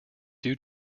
due